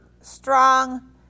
strong